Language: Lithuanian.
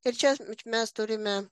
ir čia mes turime